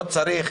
לא צריך